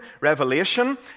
revelation